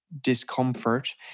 discomfort